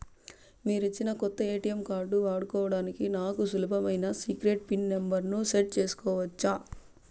మీరిచ్చిన కొత్త ATM card వాడుకోవడానికి నాకు సులభమైన సీక్రెట్ పిన్ నెంబర్ ను సెట్ సేసుకోవచ్చా?